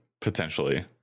potentially